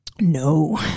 No